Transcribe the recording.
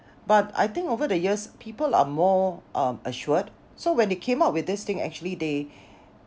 but I think over the years people are more um assured so when they came up with this thing actually they